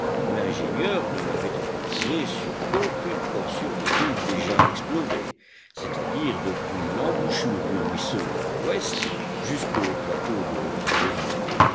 l'ingénieur ne l'avait encore trouvé sur aucune portion des rives déjà explorées c'est-à-dire depuis l'embouchure du ruisseau à l'ouest jusqu'au plateau de